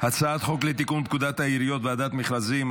הצעת חוק לתיקון פקודת העיריות (ועדת מכרזים),